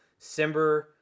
Simber